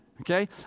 okay